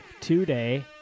Today